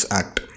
act